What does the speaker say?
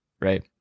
right